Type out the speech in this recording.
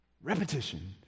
Repetition